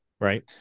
right